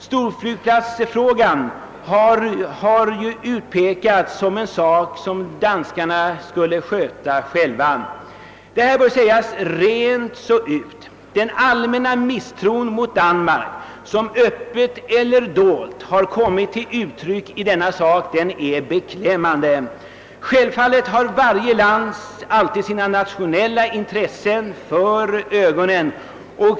Storflygplatsfrågan har utpekats som något som danskarna skall sköta själva. Det bör sägas rent ut att den allmänna misstron mot Danmark, som öppet eller dolt kommit till uttryck, är beklämmande. Självfallet har varje land alltid sina nationella intressen för ögonen.